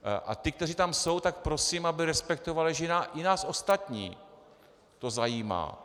A ty, kteří tam jsou, prosím, aby respektovali, že i nás ostatní to zajímá.